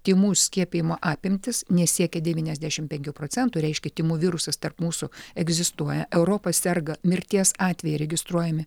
tymų skiepijimo apimtys nesiekė devyniasdešimt penkių procentų reiškia tymų virusas tarp mūsų egzistuoja europa serga mirties atvejai registruojami